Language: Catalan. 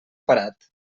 parat